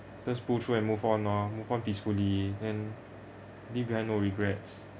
just pull through and move on ah move on peacefully and leave behind no regrets